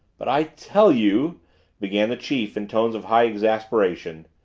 but i tell you began the chief in tones of high exasperation.